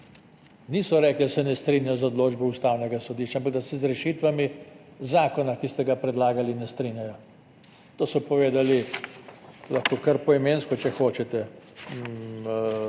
Niso rekli, da se ne strinjajo z odločbo Ustavnega sodišča, ampak da se z rešitvami zakona, ki ste ga predlagali, ne strinjajo. To so povedali, lahko kar poimensko, če hočete: